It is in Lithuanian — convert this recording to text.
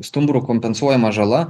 stumbrų kompensuojama žala